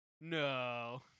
no